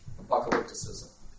apocalypticism